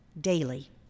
daily